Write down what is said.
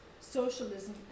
socialism